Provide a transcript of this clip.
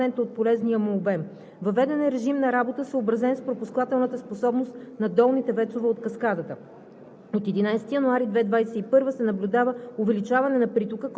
е 140 милиона кубика, което представлява 42,7% от полезния му обем. Въведен е режим на работа, съобразен с пропускателната способност на долните ВЕЦ-ове от каскадата.